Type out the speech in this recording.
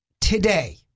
today